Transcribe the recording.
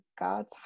God's